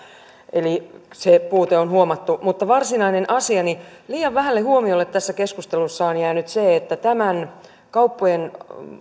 eli se puute on huomattu mutta varsinainen asiani liian vähälle huomiolle tässä keskustelussa on jäänyt se että tämän kauppojen